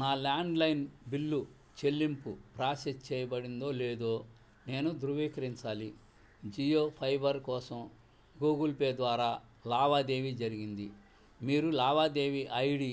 నా landline bill చెల్లింపు process చేయబడిందో లేదో నేను ధృవీకరించాలి జియో ఫైబర్ కోసం గూగుల్పే ద్వారా లావాదేవీ జరిగింది మీరు లావాదేవీ ఐ డీ